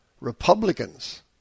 Republicans